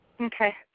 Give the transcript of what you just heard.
Okay